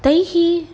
तैः